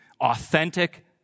authentic